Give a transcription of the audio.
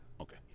Okay